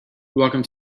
welcome